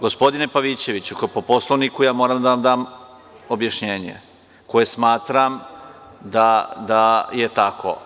Gospodine Pavićeviću, ako je po Poslovniku, ja moram da vam dam objašnjenje koje smatram da je tako.